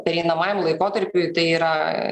pereinamajam laikotarpiui tai yra